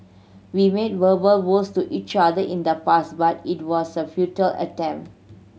we made verbal vows to each other in the past but it was a futile attempt